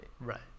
Right